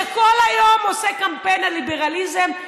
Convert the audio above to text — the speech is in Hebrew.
שכל היום עושה קמפיין על ליברליזם.